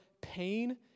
pain